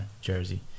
jersey